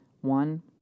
One